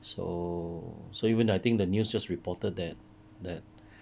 so so even I think the news just reported that that